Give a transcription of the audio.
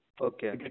Okay